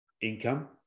income